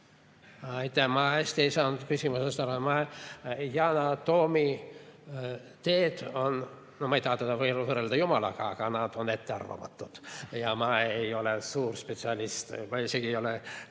Ma hästi ei saanud küsimusest aru. Yana Toomi teed on – no ma ei taha teda võrrelda jumalaga, aga need on ettearvamatud. Ma ei ole suur spetsialist, ma ei ole